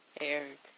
Eric